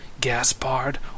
Gaspard